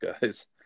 guys